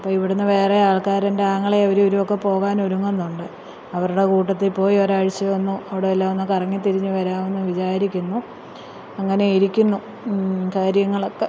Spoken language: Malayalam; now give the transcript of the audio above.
അപ്പോള് ഇവിടെനിന്ന് വേറെ ആൾക്കാര് എൻ്റെ ആങ്ങളയും അവരുമിവരുമൊക്കെ പോകാൻ ഒരുങ്ങുന്നുണ്ട് അവരുടെ കൂട്ടത്തിൽ പോയി ഒരാഴ്ചയൊന്ന് അവടെയെല്ലാമൊന്ന് കറങ്ങിത്തിരിഞ്ഞ് വരാമെന്ന് വിചാരിക്കുന്നു അങ്ങനെയിരിക്കുന്നു കാര്യങ്ങളൊക്കെ